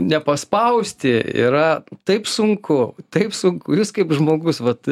nepaspausti yra taip sunku taip sunku jūs kaip žmogus vat